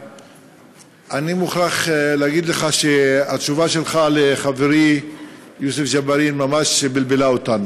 אני מוכרח להגיד לך שהתשובה שלך לחברי יוסף ג'בארין ממש בלבלה אותנו,